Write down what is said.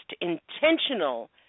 intentional